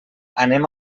anem